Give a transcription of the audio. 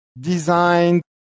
designed